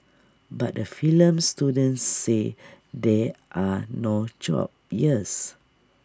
but the film students say there are no jobs here's